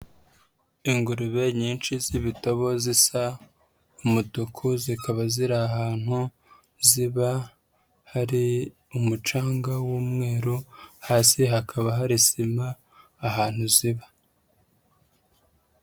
Ingurube nyinshi z'ibitobo zisa umutuku zikaba ziri ahantu ziba hari umucanga w'umweru, hasi hakaba hari sima, ahantu ziba.